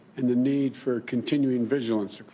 and the need for continuing vigilance.